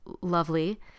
lovely